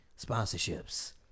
sponsorships